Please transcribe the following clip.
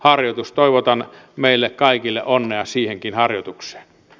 toivotan meille kaikille onnea siihenkin harjoitukseen